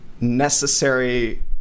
necessary